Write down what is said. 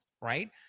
right